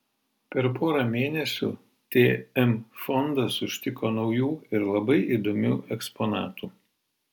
per porą mėnesių tm fondas užtiko naujų ir labai įdomių eksponatų